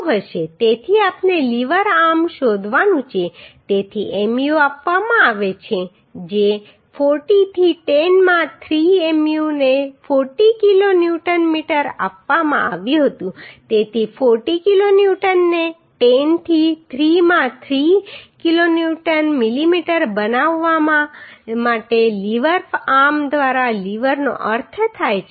તેથી આપણે lever arm શોધવાનું છે તેથી Mu આપવામાં આવે છે જે 40 થી 10 માં 3 Mu ને 40 કિલો ન્યૂટન મીટર આપવામાં આવ્યું હતું તેથી 40 કિલો ન્યૂટનને 10 થી 3 માં 3 કિલો ન્યૂટન મિલીમીટર બનાવવા માટે લીવર આર્મ દ્વારા લિવરનો અર્થ થાય છે